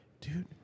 dude